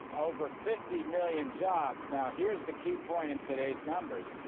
over fifty million jobs. now, here's the key point in today's numbers.